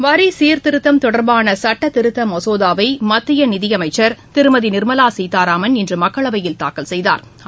வரி சீர்திருத்தம் தொடர்பான சட்ட திருத்த மசோதாவை மத்திய நிதி அமைச்சர் திருமதி நிர்மலா சீதாராமன் இன்று மக்களவையில் தாக்கல் செய்தாா்